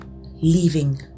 leaving